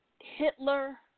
Hitler